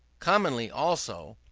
commonly, also,